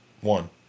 One